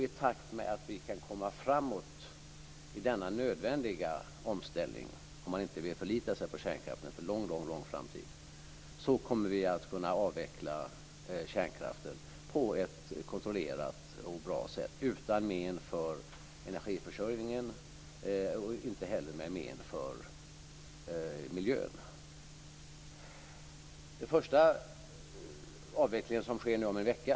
I takt med att vi kan komma framåt i denna nödvändiga omställning - om man inte vill förlita sig på kärnkraften för mycket lång tid framöver - kommer vi att kunna avveckla kärnkraften på ett kontrollerat och bra sätt utan men för energiförsörjningen och inte heller med men för miljön. Den första avvecklingen sker nu inom en vecka.